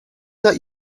that